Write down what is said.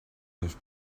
have